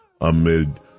amid